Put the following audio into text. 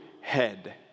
head